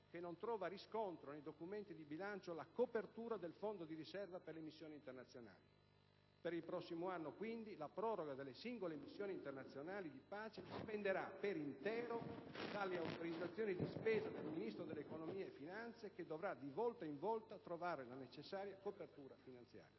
che non trova riscontro nei documenti di bilancio la copertura del fondo di riserva per le missioni internazionali. Per il prossimo anno, quindi, la proroga delle singole missioni internazionali di pace dipenderà interamente dalle autorizzazioni di spesa del Ministro dell'economia e delle finanze che dovrà, di volta in volta, trovare la necessaria copertura finanziaria.